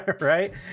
right